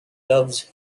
loves